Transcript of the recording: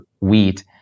wheat